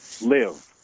live